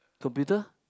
computer